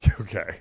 Okay